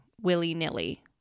willy-nilly